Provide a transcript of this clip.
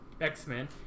X-Men